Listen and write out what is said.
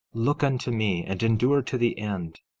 look unto me, and endure to the end,